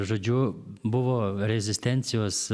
žodžiu buvo rezistencijos